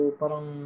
parang